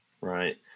right